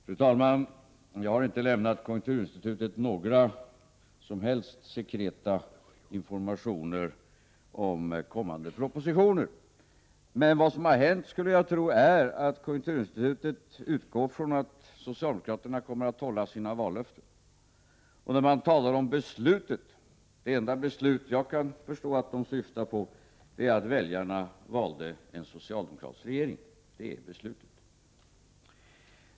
Fru talman! Jag har inte lämnat konjunkturinstitutet några som helst sekreta informationer om kommande propositioner. Jag skulle tro att vad som har hänt är att konjunkturinstitutet utgår från att socialdemokraterna kommer att hålla sina vallöften. Det talas om ”beslutet”. Såvitt jag kan förstå är det enda beslut de kan syfta på att väljarna valde en socialdemokratisk regering. Det är beslutet.